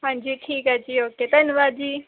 ਹਾਂਜੀ ਠੀਕ ਹੈ ਜੀ ਓਕੇ ਧੰਨਵਾਦ ਜੀ